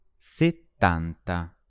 settanta